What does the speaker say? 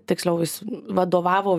tiksliau jis vadovavo